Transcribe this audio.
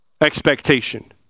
expectation